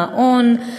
מעון,